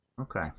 Okay